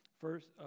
first